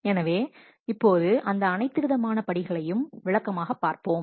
எனவே இப்போது அந்த அனைத்து விதமான படிகளையும் இப்போது விளக்கமாகப் பார்ப்போம்